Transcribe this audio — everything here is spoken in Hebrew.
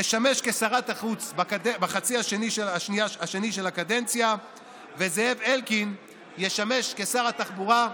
תשמש כשרת החוץ בחצי השני של הקדנציה וזאב אלקין ישמש כשר התחבורה.